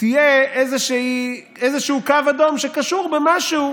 יהיה איזשהו קו אדום שקשור במשהו